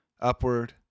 upward